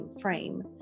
frame